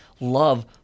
love